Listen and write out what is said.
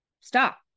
Stop